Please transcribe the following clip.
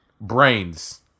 brains